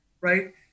right